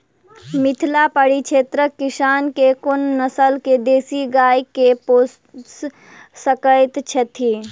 मिथिला परिक्षेत्रक किसान केँ कुन नस्ल केँ देसी गाय केँ पोइस सकैत छैथि?